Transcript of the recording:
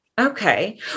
Okay